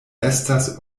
estas